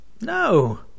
No